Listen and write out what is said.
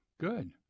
Good